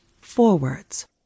forwards